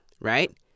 right